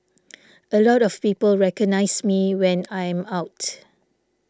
a lot of people recognise me when I am out